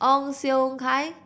Ong Siong Kai